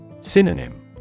Synonym